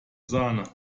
sahne